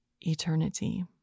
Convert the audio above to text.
eternity